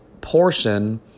portion